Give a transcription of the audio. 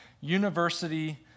University